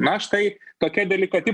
na štai tokia delikati